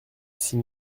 six